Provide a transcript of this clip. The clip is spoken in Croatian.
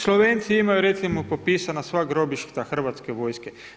Slovenci imaju recimo popisana sva grobišta hrvatske vojske.